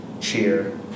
cheer